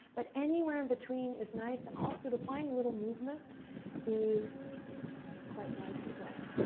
but anywhere in between is nice. and also, to find a little movement is quite nice, as well.